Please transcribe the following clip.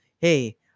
hey